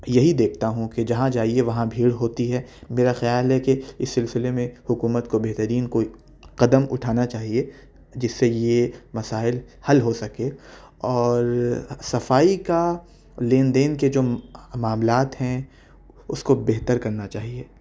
یہی دیکھتا ہوں کہ جہاں جائیے وہاں بھیڑ ہوتی ہے میرا خیال ہے کہ اِس سِلسلے میں حکومت کو بہترین کوئی قدم اُٹھانا چاہیے جس سے یہ مسائل حل ہو سکیں اور صفائی کا لین دین کے جو معاملات ہیں اُس کو بہتر کرنا چاہیے